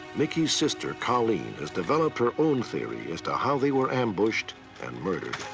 mickey's sister, collene, has developed her own theory as to how they were ambushed and murdered.